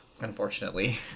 unfortunately